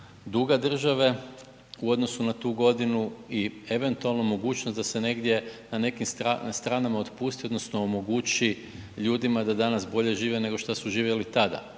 duga države u odnosu na tu godinu i eventualno mogućnost da se negdje na nekim stranama otpusti odnosno omogući ljudi da danas bolje žive nego što su živjeli tada.